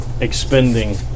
expending